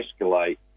escalate